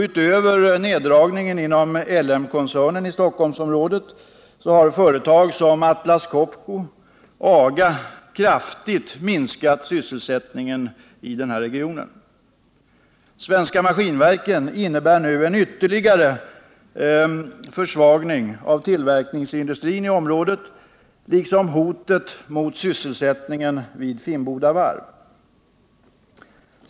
Utöver neddragningen inom LM-koncernen i Stockholmsområdet har företag som Atlas Copco och AGA kraftigt minskat sysselsättningen i regionen. Nedläggningen av Svenska Maskinverken innebär nu en ytterligare försvagning av tillverkningsindustrin i området, liksom hotet mot sysselsättningen vid Finnboda Varv.